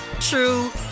true